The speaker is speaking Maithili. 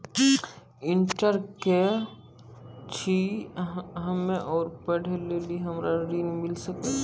इंटर केल छी हम्मे और पढ़े लेली हमरा ऋण मिल सकाई?